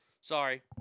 Sorry